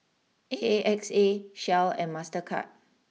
A A X A Shell and Mastercard